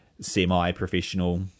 semi-professional